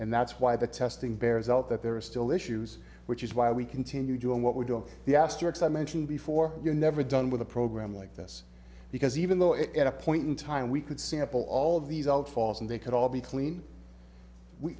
and that's why the testing bears out that there are still issues which is why we continue doing what we're doing the asterix i mentioned before you're never done with a program like this because even though it at a point in time we could sample all of these outfalls and they could all be clean we